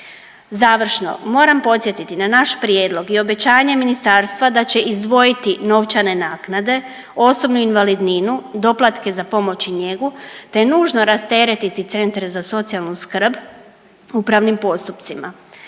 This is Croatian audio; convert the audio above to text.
Završno moram podsjeti na naš prijedlog i obećanje ministarstva da će izdvojiti novčane naknade, osobnu invalidninu, doplatke za pomoć i njegu te nužno rasteretiti centre za socijalnu skrb upravnim postupcima